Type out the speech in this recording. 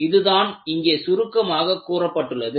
இதுதான் இங்கே சுருக்கமாக கூறப்பட்டுள்ளது